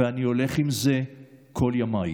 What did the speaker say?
ואני הולך עם זה כל ימיי.